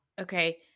okay